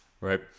right